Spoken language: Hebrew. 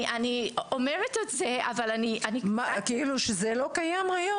זה לא קיים היום?